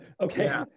okay